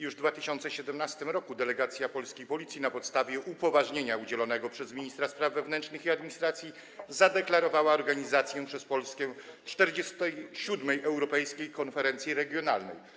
Już w 2017 r. delegacja polskiej Policji na podstawie upoważnienia udzielonego przez ministra spraw wewnętrznych i administracji zadeklarowała organizację przez Polskę 47. Europejskiej Konferencji Regionalnej.